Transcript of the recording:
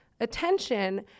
attention